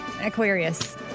Aquarius